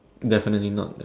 definitely not